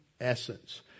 essence